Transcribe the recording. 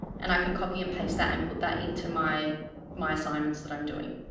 and i can copy and paste that and put that into my my assignments that i'm doing,